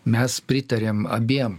mes pritariam abiem